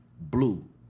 blue